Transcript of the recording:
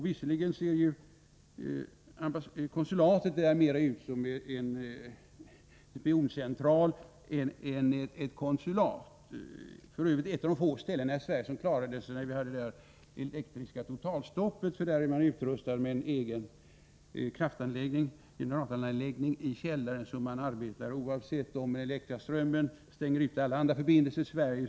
Konsulatet i Göteborg ser ju mer ut som en spioncentral än som ett konsulat. Det är f. ö. ett av de få ställen i Sverige som klarade sig under det elektriska totalstoppet i december 1983, för där är man utrustad med en egen generatoranläggning i källaren, så man arbetar oavsett om den elektriska strömmen bryts och stänger alla övriga förbindelser i Sverige.